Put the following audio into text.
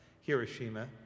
Hiroshima